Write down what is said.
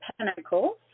Pentacles